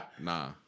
Nah